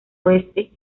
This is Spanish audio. oeste